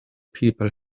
people